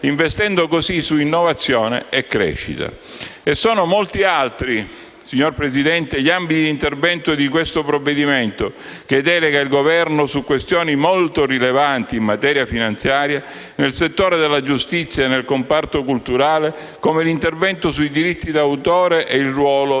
investendo così su innovazione e crescita. Sono molti altri, signora Presidente, gli ambiti di intervento di questo provvedimento, che delega il Governo su questioni molto rilevanti in materia finanziaria, nel settore della giustizia e nel comparto culturale, come l'intervento sui diritti d'autore e il ruolo di